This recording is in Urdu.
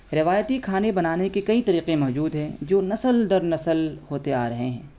روایتی کھانے بنانے کے کئی طریقے موجود ہیں جو نسل در نسل ہوتے آ رہے ہیں